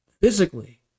physically